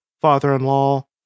father-in-law